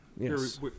Yes